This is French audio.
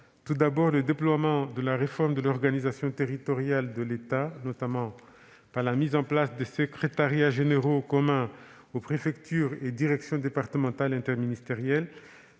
tout d'abord, du déploiement de la réforme de l'organisation territoriale de l'État, notamment par la mise en place des secrétariats généraux communs aux préfectures et aux directions départementales interministérielles,